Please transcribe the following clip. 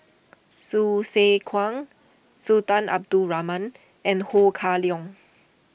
Hsu Tse Kwang Sultan Abdul Rahman and Ho Kah Leong